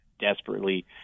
Desperately